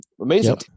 Amazing